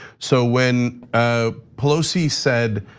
so when ah pelosi said,